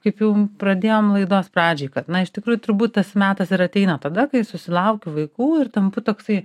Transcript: kaip jau pradėjom laidos pradžioj kad na iš tikrųjų turbūt tas metas ir ateina tada kai susilauki vaikų ir tampu toksai